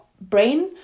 brain